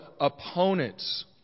opponents